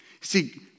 See